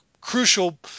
crucial